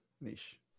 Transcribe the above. niche